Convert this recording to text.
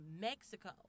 Mexico